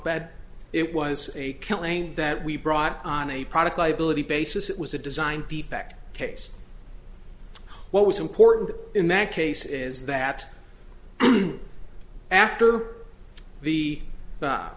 bed it was a killing that we brought on a product liability basis it was a design defect case what was important in that case is that after the